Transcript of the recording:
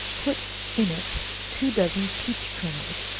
put in it two dozen peach kernels,